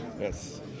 Yes